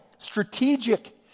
strategic